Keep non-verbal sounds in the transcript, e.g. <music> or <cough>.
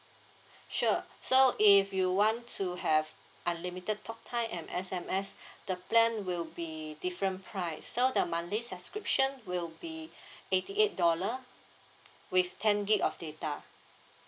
<breath> sure so if you want to have unlimited talk time and S_M_S <breath> the plan will be different price so the monthly subscription will be <breath> eighty eight dollar with ten G_B of data